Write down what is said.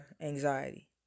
anxiety